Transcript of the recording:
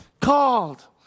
called